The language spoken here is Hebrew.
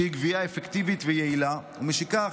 שהיא גבייה אפקטיבית ויעילה, ומשכך,